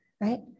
Right